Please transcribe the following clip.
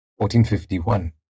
1451